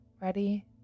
Ready